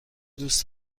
دوست